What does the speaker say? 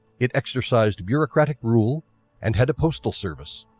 it exercised bureaucratic rule and had a postal service.